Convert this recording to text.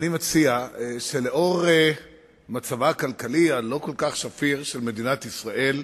אני מציע שלנוכח מצבה הכלכלי הלא-כל-כך שפיר של מדינת ישראל,